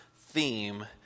theme